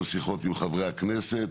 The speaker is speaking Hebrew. גם שיחות עם חברי הכנסת,